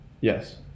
Yes